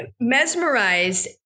mesmerized